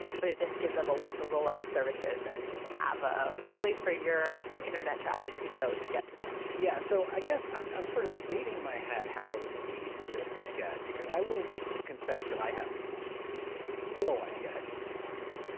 but it just gives them a way to roll out services and have ah a place for your internet traffic to go to get them. yeah so, i guess, i'm i'm sort of debating in my head how in the weeds of this to get because i will confess that i have no idea how the internet works.